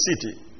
city